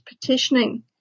petitioning